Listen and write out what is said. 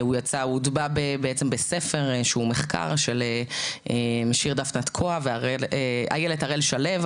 הוא הוטבע בעצם בספר שהוא מחקר של שיר דפנה-תקוע ואיילת הראל-שלו,